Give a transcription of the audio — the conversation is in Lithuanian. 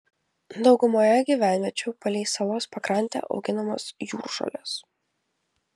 daugumoje gyvenviečių palei salos pakrantę auginamos jūržolės